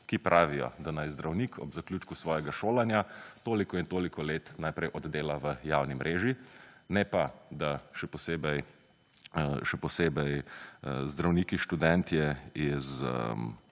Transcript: ki pravijo, da naj zdravnik ob zaključku svojega šolanja toliko in toliko let najprej oddela v javni mreži, ne pa, da še posebej zdravniki študentje iz